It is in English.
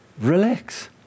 relax